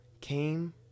came